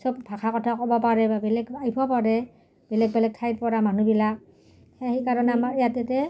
চব ভাষা কথা ক'ব পাৰে বা বেলেগ পাৰে বেলেগ বেলেগ ঠাইত পৰা মানুহবিলাক সেই সেইকাৰণে আমাৰ